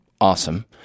awesome